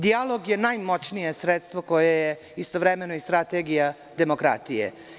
Dijalog je najmoćnije sredstvo koje je istovremeno i strategija demokratije.